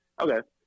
okay